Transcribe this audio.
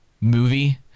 movie